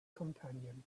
companion